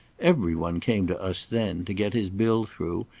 every one came to us then, to get his bill through,